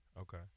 Okay